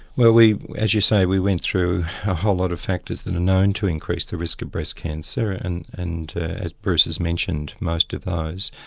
well we as you say we went through a whole lot of factors that are known to increase the risk of breast cancer and and as bruce has mentioned most of those.